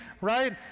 right